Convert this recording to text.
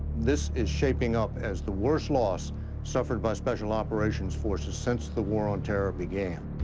this is shaping up as the worst loss suffered by special operations forces since the war on terror began.